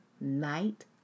night